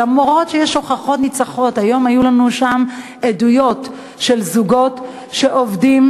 למרות שיש הוכחות ניצחות: היום היו לנו שם עדויות של זוגות שעובדים,